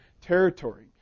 territory